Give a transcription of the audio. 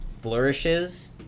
flourishes